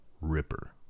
ripper